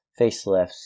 facelifts